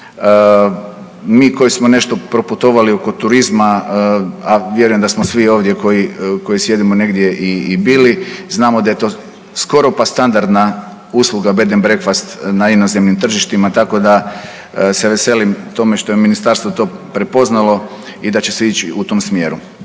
Mi koji smo nešto proputovali oko turizma, a vjerujem da smo svi ovdje koji, koji sjedimo negdje i, i bili, znamo da je to skoro pa standardna usluga bed & breakfast na inozemnim tržištima, tako da se veselim tome što je ministarstvo to prepoznalo i da će se ići u tom smjeru.